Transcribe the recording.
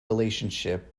relationship